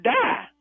die